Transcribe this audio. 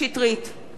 אינו נוכח